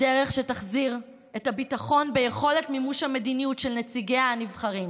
דרך שתחזיר את הביטחון ביכולת מימוש המדיניות של נציגיה הנבחרים,